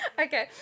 okay